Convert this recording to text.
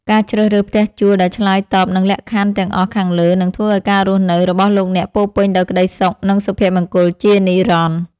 ការជ្រើសរើសផ្ទះជួលដែលឆ្លើយតបនឹងលក្ខខណ្ឌទាំងអស់ខាងលើនឹងធ្វើឱ្យការរស់នៅរបស់លោកអ្នកពោរពេញដោយក្តីសុខនិងសុភមង្គលជានិរន្តរ៍។